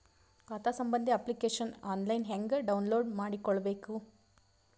ಖಾತಾ ಸಂಬಂಧಿ application online ಹೆಂಗ್ ಡೌನ್ಲೋಡ್ ಮಾಡಿಕೊಳ್ಳಬೇಕು?